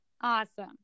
Awesome